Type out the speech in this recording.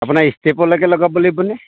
আপোনাৰ ষ্টেপলৈকে লগাব লাগিবনে